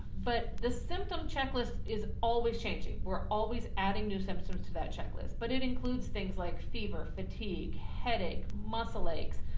but the symptom checklist is always changing, we're always adding new symptoms to that checklist but it includes things like fever, fatigue, headache, muscle aches,